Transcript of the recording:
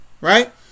Right